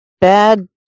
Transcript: bad